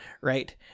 right